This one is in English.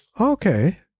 Okay